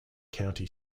county